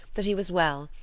that he was well,